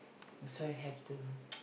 that's why have to